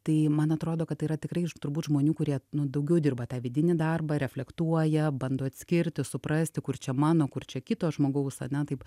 tai man atrodo kad tai yra tikrai turbūt žmonių kurie nu daugiau dirba tą vidinį darbą reflektuoja bando atskirti suprasti kur čia mano o kur čia kito žmogaus ane taip